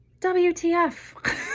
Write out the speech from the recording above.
WTF